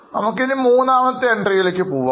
നമുക്കിനി മൂന്നാമത്തെ എൻട്രിയിലേക്ക് പോകാം